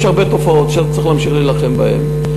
יש הרבה תופעות שצריך להמשיך ולהילחם בהן.